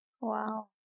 Wow